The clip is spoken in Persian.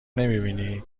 نمیبینی